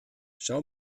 schau